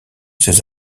ces